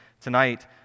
tonight